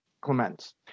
Clements